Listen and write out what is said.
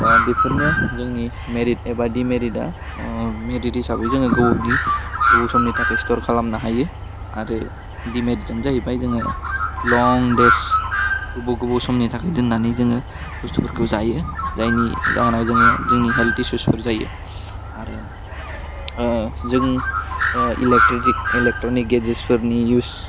स' बेफोरनो जोनि मेरिट एबा डिमेरिटआ ओह मेरिट हिसाबै जोङो गोबावनि गोबाव समनि थाखाय स्टर खालामनो हायो आरो डिमेरिटआनो जाहैबाय जोङो लं डेस गोबाव गोबाव समनि थाखाय दोन्नानै जोङो बुस्थुफोरखौ जायो जायनि जाहोनाव जोङो जोंनि हेल्ट इसुसफोर जायो आरो ओह जों ओह इलेकट्रिरिक एलेकट्रनिक गेजेसफोरनि इउस